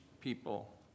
people